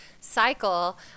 cycle